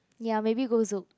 ya maybe go Zouk